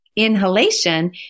Inhalation